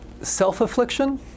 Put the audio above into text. self-affliction